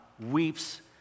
weeps